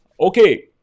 Okay